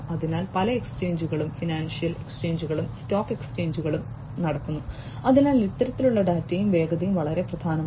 അതിനാൽ പല എക്സ്ചേഞ്ചുകളും ഫിനാൻഷ്യൽ എക്സ്ചേഞ്ചുകളും സ്റ്റോക്ക് എക്സ്ചേഞ്ചുകളിൽ നടക്കുന്നു അതിനാൽ ഇത്തരത്തിലുള്ള ഡാറ്റയുടെ വേഗതയും വളരെ പ്രധാനമാണ്